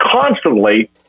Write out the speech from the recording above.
constantly